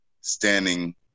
standing